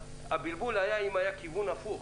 הבלבול היה אם היה כיוון הפוך,